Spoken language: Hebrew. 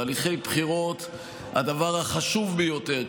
בהליכי בחירות הדבר החשוב ביותר,